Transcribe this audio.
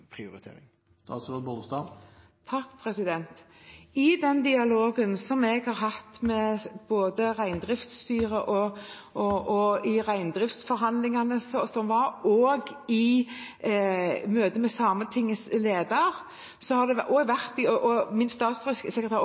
I den dialogen som jeg har hatt med både reindriftsstyre og i reindriftsforhandlingene, og i møte med Sametingets leder – min statssekretær har vært i